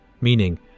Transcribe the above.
Meaning